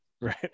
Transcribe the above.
Right